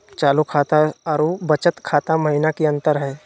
चालू खाता अरू बचत खाता महिना की अंतर हई?